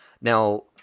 Now